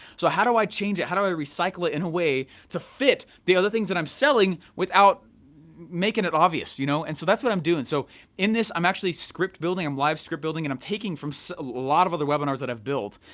so how do i change it, how do i recycle it in a way to fit the other things that i'm selling without making it obvious. you know and so that's what i'm doing. so in this i'm actually script building, i'm live script building and i'm taking from so a lot of other webinars that i've built.